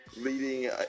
leading